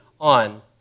on